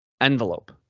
envelope